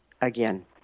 again